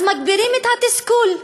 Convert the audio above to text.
אז מגבירים את התסכול,